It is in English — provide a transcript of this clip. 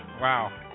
Wow